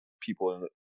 people